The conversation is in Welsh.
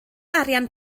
arian